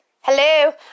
Hello